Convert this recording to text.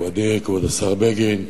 כבוד השר בגין,